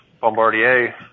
Bombardier